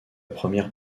première